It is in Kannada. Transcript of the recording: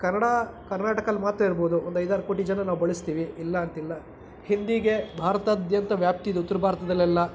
ಕನ್ನಡ ಕರ್ನಾಟಕಲ್ಲಿ ಮಾತ್ರ ಇರ್ಬೋದು ಒಂದು ಐದು ಆರು ಕೋಟಿ ಜನ ನಾವು ಬಳಸ್ತೀವಿ ಇಲ್ಲ ಅಂತಿಲ್ಲ ಹಿಂದಿಗೆ ಭಾರತದಾದ್ಯಂತ ವ್ಯಾಪ್ತಿ ಇದೆ ಉತ್ರ ಭಾರತದಲ್ಲೆಲ್ಲ